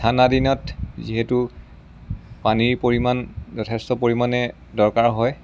ঠাণ্ডা দিনত যিহেতু পানীৰ পৰিমাণ যথেষ্ট পৰিমাণে দৰকাৰ হয়